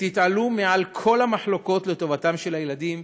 ותתעלו מעל כל המחלוקות לטובתם של הילדים,